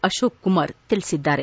ಅಶೋಕ ಕುಮಾರ್ ತಿಳಿಸಿದ್ದಾರೆ